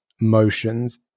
motions